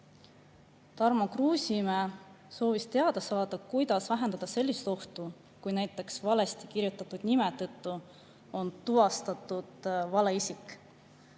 Tarmo Kruusimäe soovis teada saada, kuidas vähendada sellist ohtu, kui näiteks valesti kirjutatud nime tõttu on tuvastatud valesti.